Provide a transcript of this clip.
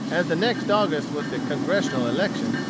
as the next august was the congressional election,